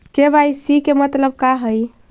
KYC के मतलब का हई?